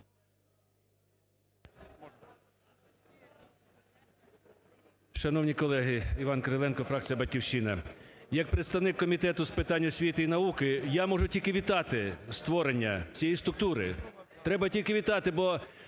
Шановні колеги! Іван Кириленко, фракція "Батьківщина". Як представник Комітету з питань освіти і науки я можу тільки вітати створення цієї структури. Треба тільки вітати, бо